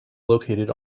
located